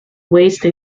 waste